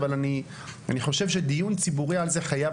אבל אני חושב שדיון ציבורי על זה חייב